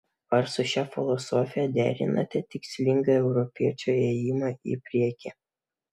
ar su šia filosofija derinate tikslingą europiečio ėjimą į priekį